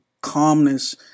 calmness